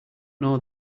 know